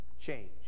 change